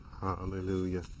Hallelujah